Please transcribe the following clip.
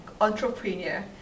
entrepreneur